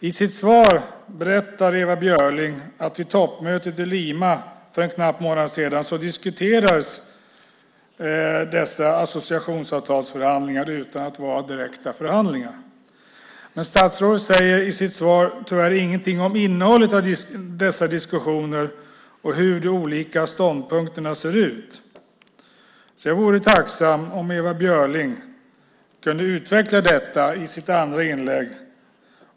I sitt svar berättar Ewa Björling att vid toppmötet i Lima för en knapp månad sedan diskuterades dessa associationsavtalsförhandlingar utan att det var direkta förhandlingar. Statsrådet säger i sitt svar tyvärr ingenting om innehållet i dessa diskussioner och hur de olika ståndpunkterna ser ut. Jag vore tacksam om Ewa Björling kunde utveckla detta i sitt andra inlägg.